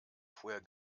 vorher